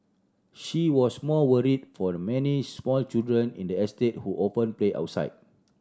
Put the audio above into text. she was more worried for the many small children in the estate who often play outside